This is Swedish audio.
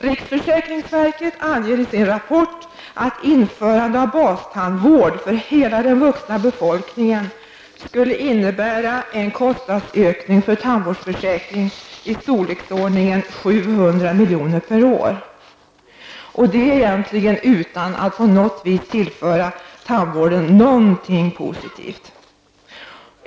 Riksförsäkringsverket anger i sin rapport att införande av bastandvård för hela den vuxna befolkningen skulle innebära en kostnadsökning för tandvårdsförsäkringen i storleksordningen 700 milj.kr. per år, detta egentligen utan att på något vis tillföra tandvården någonting positivt.